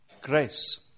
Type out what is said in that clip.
grace